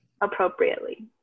appropriately